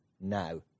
now